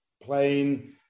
playing